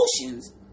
emotions